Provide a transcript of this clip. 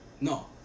No